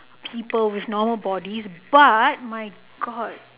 people with normal bodies but my god